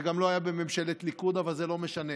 זה לא היה בממשלת ליכוד, אבל זה לא משנה.